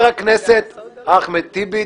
הכנסת אחמד טיבי,